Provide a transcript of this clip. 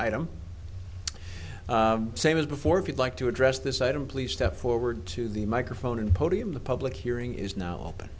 item same as before if you'd like to address this item please step forward to the microphone and podium the public hearing is now